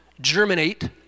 germinate